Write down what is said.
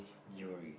jewellery